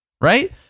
right